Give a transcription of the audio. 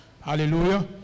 Hallelujah